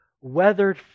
weathered